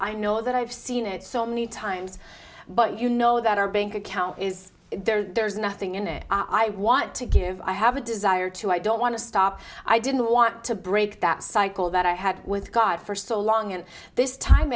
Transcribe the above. know that i've seen it so many times but you know that our bank account is there's nothing in it i want to give i have a desire to i don't want to stop i didn't want to break that cycle that i had with god for so long and this time